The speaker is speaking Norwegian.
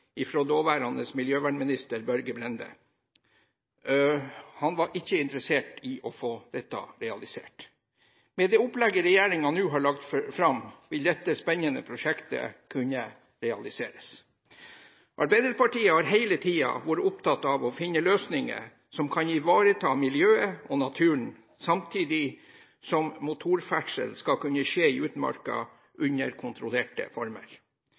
fra daværende miljøvernminister Børge Brende. Han var ikke interessert i å få dette realisert. Med det opplegget regjeringen nå har lagt fram, vil dette spennende prosjektet kunne realiseres. Arbeiderpartiet har hele tiden vært opptatt av å finne løsninger som kan ivareta miljøet og naturen, samtidig som motorferdsel skal kunne skje i utmarka i kontrollerte former.